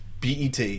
BET